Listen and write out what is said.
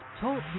Talk